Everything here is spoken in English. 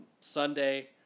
Sunday